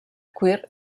cuir